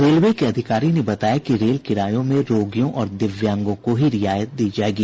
railway अधिकारी ने बताया कि रेल किरायों में रोगियों और दिव्यांगों को ही रियायत दी जाएगी